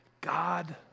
God